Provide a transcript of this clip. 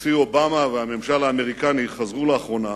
הנשיא אובמה והממשל האמריקני חזרו לאחרונה